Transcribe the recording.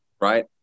right